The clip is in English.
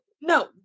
No